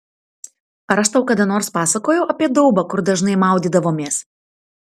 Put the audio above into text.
ar aš tau kada nors pasakojau apie daubą kur dažnai maudydavomės